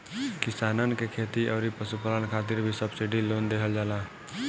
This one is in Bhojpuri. किसानन के खेती अउरी पशुपालन खातिर भी सब्सिडी लोन देहल जाला